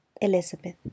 Elizabeth